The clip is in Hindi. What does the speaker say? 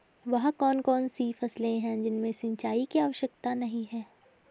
वह कौन कौन सी फसलें हैं जिनमें सिंचाई की आवश्यकता नहीं है?